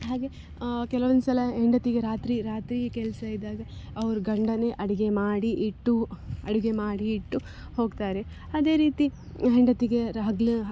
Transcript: ಹಾಗೇ ಕೆಲವೊಂದುಸಲ ಹೆಂಡತಿಗೆ ರಾತ್ರಿ ರಾತ್ರಿ ಕೆಲಸ ಇದ್ದಾಗ ಅವ್ರು ಗಂಡನೇ ಅಡಿಗೆ ಮಾಡಿ ಇಟ್ಟು ಅಡಿಗೆ ಮಾಡಿ ಇಟ್ಟು ಹೋಗ್ತಾರೆ ಅದೇ ರೀತಿ ಹೆಂಡತಿಗೆ ಹಗ್ಲು